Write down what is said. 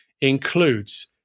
includes